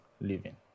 living